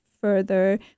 further